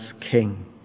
king